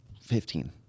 Fifteen